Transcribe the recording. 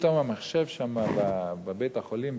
ופתאום המחשב שמה בבית-החולים,